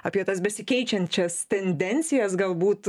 apie tas besikeičiančias tendencijas galbūt